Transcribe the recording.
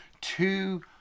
two